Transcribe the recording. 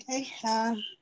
Okay